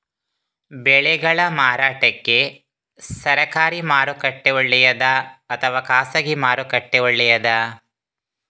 ಬೆಳೆಗಳ ಮಾರಾಟಕ್ಕೆ ಸರಕಾರಿ ಮಾರುಕಟ್ಟೆ ಒಳ್ಳೆಯದಾ ಅಥವಾ ಖಾಸಗಿ ಮಾರುಕಟ್ಟೆ ಒಳ್ಳೆಯದಾ